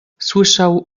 słyszał